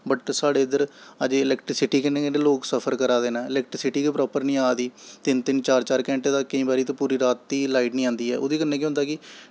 but साढ़े इद्धर अज़्जें इलैक्ट्रिसिटी गल्लां गै लोग सफर करा दे ने इलैकट्रिसिटी गै प्रॉपर निं आ दी तिन्न तिन्न चार चार घैंटे दा केईं बारी ते पूरी रातीं लाईट निं आंदी ऐ ओह्दे कन्नै केह् होंदा कि